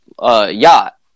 yacht